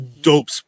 Dope